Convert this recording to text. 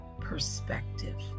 perspective